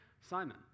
Simon